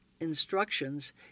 instructions